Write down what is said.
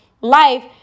life